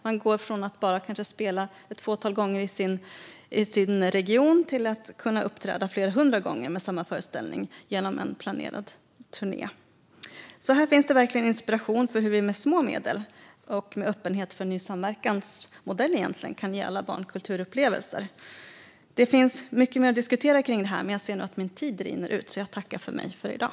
De går från att bara kanske spela ett fåtal gånger i sin region till att kunna uppträda flera hundra gånger med samma föreställning genom en planerad turné. Här finns det verkligen inspiration för hur vi med små medel och med öppenhet för en ny samverkansmodell kan ge alla barn kulturupplevelser. Det finns mycket mer att diskutera om detta. Men jag ser att min talartid rinner ut. Jag tackar för mig för i dag.